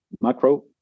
macro